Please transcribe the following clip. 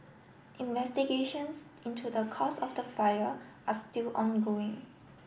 investigations into the cause of the fire are still ongoing